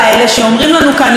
אבל איך אפשר לא להתייחס?